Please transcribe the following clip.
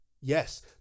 Yes